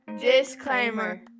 Disclaimer